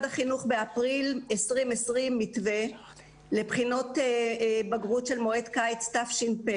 באפריל 2020 משרד החינוך קבע מתווה לבחינות הבגרות של מועד קיץ תש"ף.